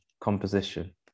composition